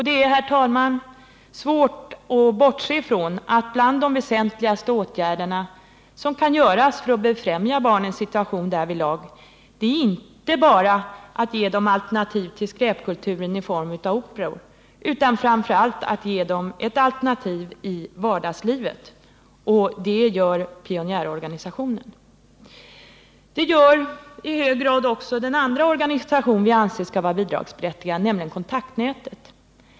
Det är, herr talman, svårt att bortse ifrån att bland de väsentligaste åtgärder som kan vidtas för att befrämja barnens situation är inte bara att ge dem alternativ till skräpkulturen i form av operor utan framför allt att ge dem ett alternativ i vardagslivet — och det gör pionjärorganisationen. Detta gör i hög grad också den andra organisation som vi anser skall vara bidragsberättigad, nämligen Kontaktnätet.